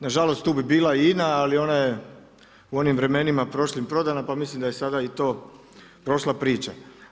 Na žalost tu bi bila i INA, ali ona je u onim vremenima prošlim prodana pa mislim da je sada i to prošla priča.